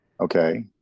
Okay